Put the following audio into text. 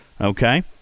Okay